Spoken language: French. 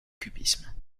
cubisme